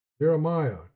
Jeremiah